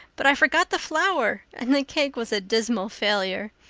but i forgot the flour and the cake was a dismal failure.